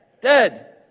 dead